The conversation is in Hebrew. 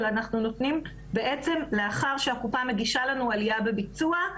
אלא אנחנו נותנים בעצם לאחר שהקופה מגישה לנו עלייה בביצוע.